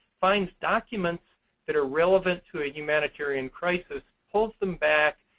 finds documents that are relevant to a humanitarian crisis, pulls them back,